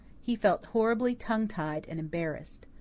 he felt horribly tonguetied and embarrassed.